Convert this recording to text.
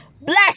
bless